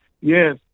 yes